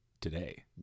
today